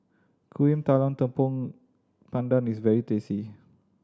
Kuih Talam Tepong Pandan is very tasty